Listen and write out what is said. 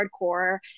hardcore